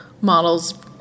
models